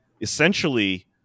essentially